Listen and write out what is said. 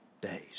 days